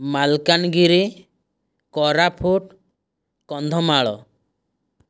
Malkangiri Koraput Kandhamal